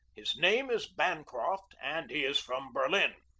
his name is bancroft, and he is from berlin.